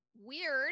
weird